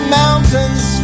mountains